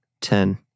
Ten